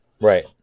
Right